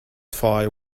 fire